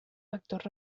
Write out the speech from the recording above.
vectors